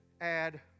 add